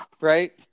Right